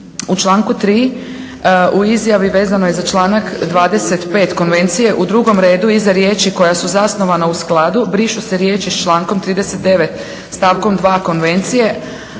U članku 3. u izjavi vezanoj za članak 25. Konvencije u drugom redu iza riječi: "koja su zasnovana u skladu" brišu se riječi: "s člankom 39. stavkom 2. Konvencije